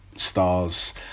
stars